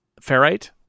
Ferrite